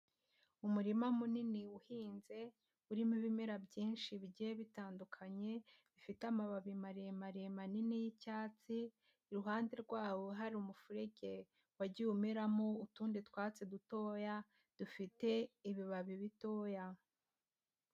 Umurima munini uhinze urimo ibimera byinshi bigiye bitandukanye bifite amababi maremare manini y'icyatsi, iruhande rwawo hari umuferege wagiye umeramo utundi twatsi dutoya dufite ibibabi bitoya.